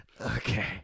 Okay